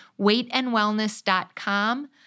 weightandwellness.com